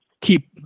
keep